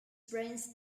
prince